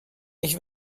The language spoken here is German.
ich